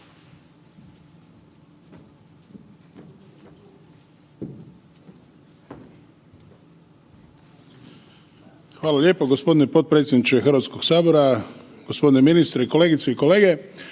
Hvala lijepo. Gospodine potpredsjedniče Hrvatskog sabora, gospodine ministre, kolegice i kolege.